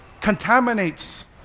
contaminates